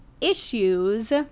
issues